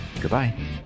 Goodbye